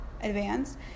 advanced